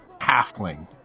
halfling